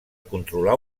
controlar